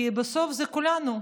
כי בסוף זה כולנו,